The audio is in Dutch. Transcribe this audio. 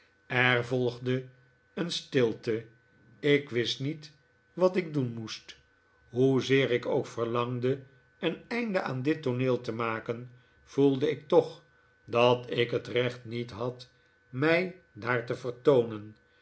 er volgde een stilte ik wist niet wat ik doen moest hoezeer ik ook verlangde een einde aan dit tooneel te maken voelde ik toch dat ik het recht niet had mij daar te vertoonen